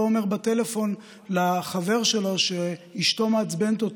אומר בטלפון לחבר שלו שאשתו מעצבנת אותו,